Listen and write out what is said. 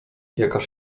jakaż